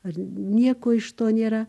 ar nieko iš to nėra